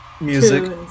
Music